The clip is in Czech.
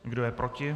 Kdo je proti?